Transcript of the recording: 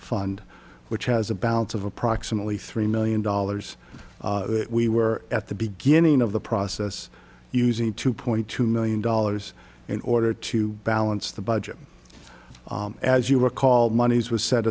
fund which has a balance of approximately three million dollars we were at the beginning of the process using two point two million dollars in order to balance the budget as you recall monies were set